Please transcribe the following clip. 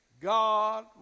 God